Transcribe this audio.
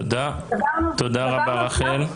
תודה רבה, רחל.